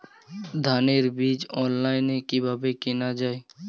ধানের বীজ অনলাইনে কিভাবে কেনা যায়?